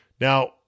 Now